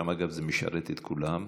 שם, אגב, זה משרת את כולם.